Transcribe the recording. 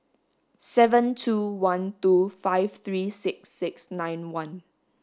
seven two one two five three six six nine one